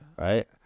right